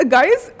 Guys